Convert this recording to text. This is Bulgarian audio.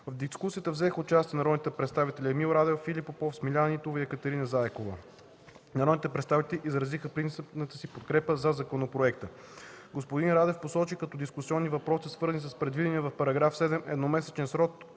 В дискусията взеха участие народните представители Емил Радев, Филип Попов, Смиляна Нитова и Екатерина Заякова. Народните представители изразиха принципната си подкрепа за законопроекта. Господин Радев посочи като дискусионни въпросите, свързани с предвидения в § 7 едномесечен срок